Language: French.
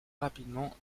rapidement